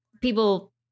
people